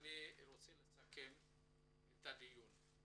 אני רוצה לסכם את הדיון.